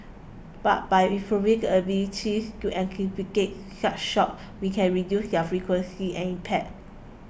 but by improving the abilities to anticipate such shocks we can reduce their frequency and impact